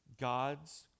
God's